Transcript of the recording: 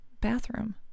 bathroom